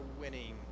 winning